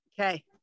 Okay